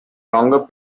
longer